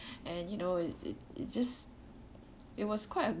and you know is it is just it was quite a